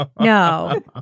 No